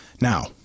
now